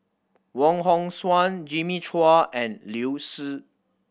Wong Hong Suen Jimmy Chua and Liu Si